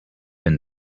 been